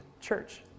church